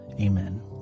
Amen